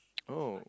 oh